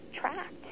tracked